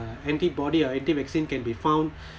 uh antibody or anti vaccine can be found